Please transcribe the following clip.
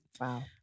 Wow